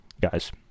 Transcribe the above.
Guys